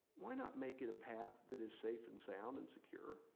why not make it a path that is safe and sound and secure?